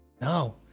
No